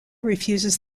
refuses